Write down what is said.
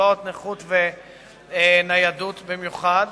לקצבאות נכות וניידות במיוחד,